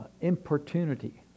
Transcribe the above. importunity